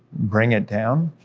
bring it down,